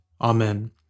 Amen